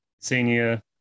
senior